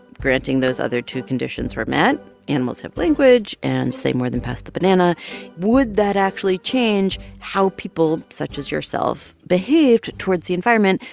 granting those other two conditions were met animals have language and say more than pass the banana would that actually change how people such as yourself behaved towards the environment,